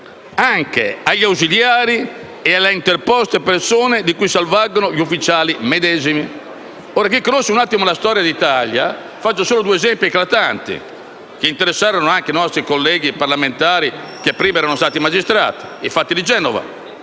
altresì agli ausiliari e alle interposte persone di cui si avvalgono gli ufficiali medesimi». Chi conosce un po' la storia d'Italia - porto solo due esempi eclatanti, che interessarono anche nostri colleghi parlamentari, che prima erano stati magistrati - ricorderà i fatti di Genova: